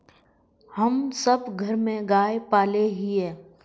हम सब घर में गाय पाले हिये?